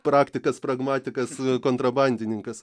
praktikas pragmatikas kontrabandininkas